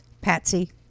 Patsy